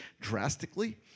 drastically